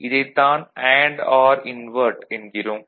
இதைத் தான் and or invert என்கிறோம்